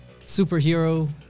superhero